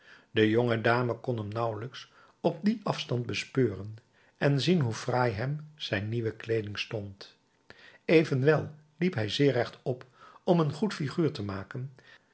de jonge dame kon hem nauwelijks op dien afstand bespeuren en zien hoe fraai hem zijn nieuwe kleeding stond evenwel liep hij zeer rechtop om een goed figuur te maken